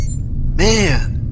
Man